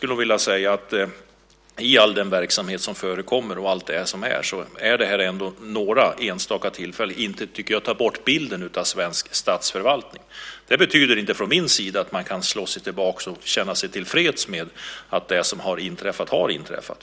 I all verksamhet som förekommer är det här några enstaka tillfällen. Det tar inte bort bilden av svensk statsförvaltning. Det betyder inte att man kan luta sig tillbaka och känna sig till freds med att det som har inträffat har inträffat.